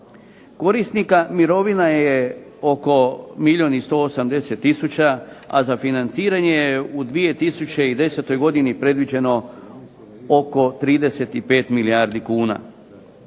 Korisnika mirovina je oko milijun 180 tisuća, a za financiranje u 2010. predviđeno oko 35 milijardi kuna.